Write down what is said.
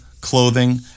clothing